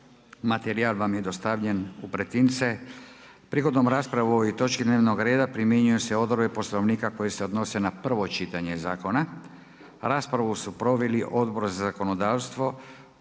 Materijal vam je dostavljen u pretince. Prigodom rasprave o ovoj točki dnevnog reda primjenjuju se odredbe Poslovnika koje se odnose na prvo čitanje zakona. Raspravu su proveli Odbor za zakonodavstvo,